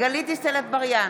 גלית דיסטל אטבריאן,